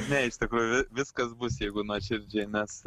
ne iš tikrųjų viskas bus jeigu nuoširdžiai nes